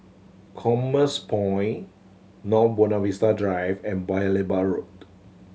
Commerce Point North Buona Vista Drive and Paya Lebar Road